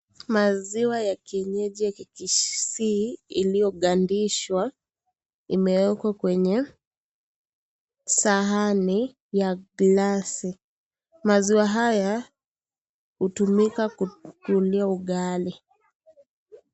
Maziwa ya kienyeji ya kisii iliyo gandishwa imewekwa kwenye sahani ya glasi maziwa haya hutumika kukulia ugali.